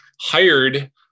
hired